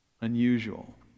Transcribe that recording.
unusual